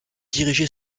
dirigée